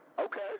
Okay